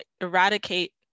eradicate